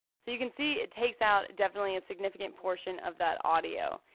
so you can see it takes out definitely a significant portion of that audio.